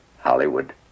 hollywood